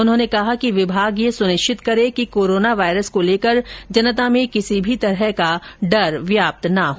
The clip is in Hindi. उन्होंने कहा कि विभाग ये सुनिश्चित करें कि कोरोना वायरस को लेकर जनता में किसी भी तरह का भय व्याप्त न हो